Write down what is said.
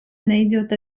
найдет